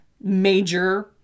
major